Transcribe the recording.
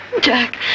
Jack